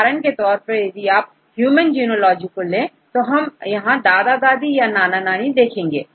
उदाहरण के तौर पर यदि आप ह्यूमन जीनोलॉजी देखें तो हम यहां दादा दादी या नाना नानी देखेंगे